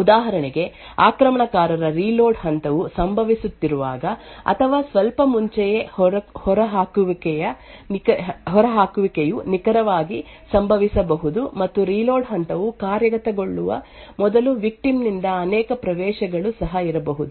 ಉದಾಹರಣೆಗೆ ಆಕ್ರಮಣಕಾರರ ರೀಲೋಡ್ ಹಂತವು ಸಂಭವಿಸುತ್ತಿರುವಾಗ ಅಥವಾ ಸ್ವಲ್ಪ ಮುಂಚೆಯೇ ಹೊರಹಾಕುವಿಕೆಯು ನಿಖರವಾಗಿ ಸಂಭವಿಸಬಹುದು ಅಥವಾ ರೀಲೋಡ್ ಹಂತವು ಕಾರ್ಯಗತಗೊಳ್ಳುವ ಮೊದಲು ವಿಕ್ಟಿಮ್ ನಿಂದ ಅನೇಕ ಪ್ರವೇಶಗಳು ಸಹ ಇರಬಹುದು